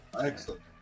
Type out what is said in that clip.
Excellent